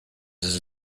his